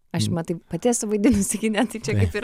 aš matai pati esu vaidinusi kine tai čia kaip